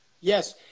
Yes